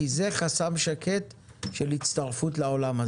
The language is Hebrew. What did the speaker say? כי זה חסם שקט של הצטרפות לעולם הזה.